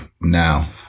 now